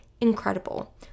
incredible